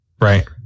right